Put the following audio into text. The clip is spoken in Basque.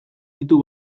ditu